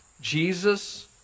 Jesus